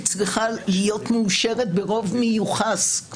היא צריכה להיות מאושרת ברוב מיוחס.